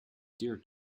dear